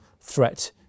threat